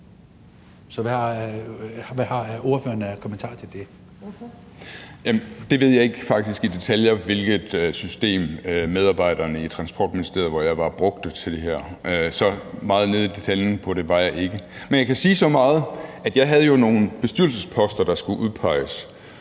Ole Birk Olesen (LA): Det ved jeg faktisk ikke i detaljer, altså hvilket system medarbejderne i Transportministeriet, hvor jeg var, brugte til det her; så meget nede i detaljen var jeg ikke. Men jeg kan sige så meget, at jeg jo havde nogle bestyrelsesposter, som nogle folk skulle udpeges